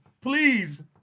please